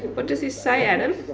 what does this say adam?